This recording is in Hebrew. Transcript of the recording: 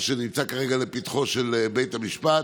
מה שנמצא כרגע לפתחו של בית המשפט.